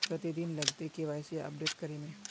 कते दिन लगते के.वाई.सी अपडेट करे में?